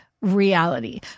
reality